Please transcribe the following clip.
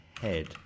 head